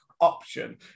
Option